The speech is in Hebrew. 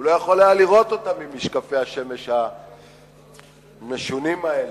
הוא לא יכול היה לראות אותם עם משקפי השמש המשונים האלה,